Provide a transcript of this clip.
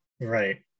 Right